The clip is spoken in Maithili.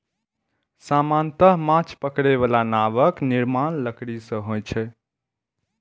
सामान्यतः माछ पकड़ै बला नावक निर्माण लकड़ी सं होइ छै